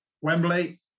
Wembley